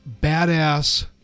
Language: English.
badass